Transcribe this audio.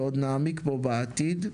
ועוד נעמיק בו בעתיד.